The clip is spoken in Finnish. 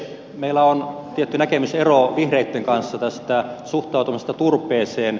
meillä on tietty näkemysero vihreitten kanssa tästä suhtautumisesta turpeeseen